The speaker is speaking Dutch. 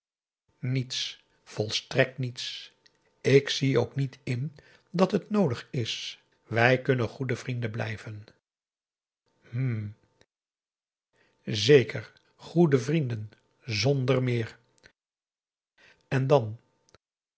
niets volstrekt niets ik zie ook niet in dat het noodig is wij kunnen goede vrienden blijven hm zeker goede vrienden zonder meer en dan